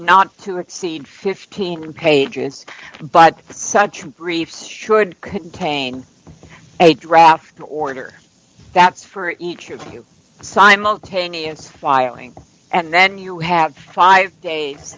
not to exceed fifteen pages but such briefs should contain a draft order that's for each of you simultaneous filing and then you have five days